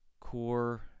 core